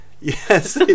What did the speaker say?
Yes